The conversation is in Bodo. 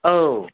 औ